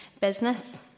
business